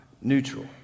neutral